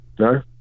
No